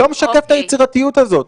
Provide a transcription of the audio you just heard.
לא משקף את היצירתיות הזאת.